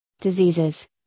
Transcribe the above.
Diseases